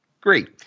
Great